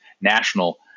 national